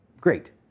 Great